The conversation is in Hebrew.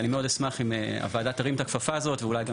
אני מאוד אשמח אם הוועדה תרים את הכפפה הזאת ואולי גם